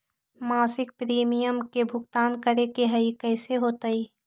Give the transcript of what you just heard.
मासिक प्रीमियम के भुगतान करे के हई कैसे होतई?